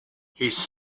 his